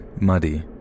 muddy